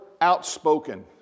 outspoken